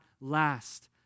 last